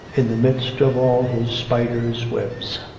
in the midst of all his spider's webs.